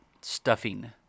stuffing